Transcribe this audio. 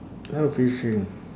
no fishing